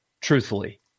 truthfully